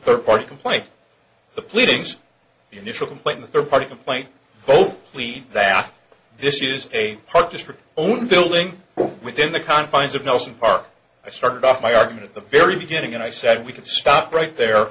third party complaint the pleadings the initial complaint the third party complaint both plead that this is a park district owned building within the confines of nelson park i started out my argument at the very beginning and i said we could stop right there